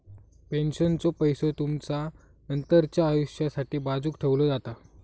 पेन्शनचो पैसो तुमचा नंतरच्या आयुष्यासाठी बाजूक ठेवलो जाता